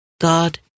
God